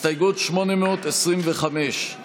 ופה אנחנו נמצאים, ועם זה אני שלם.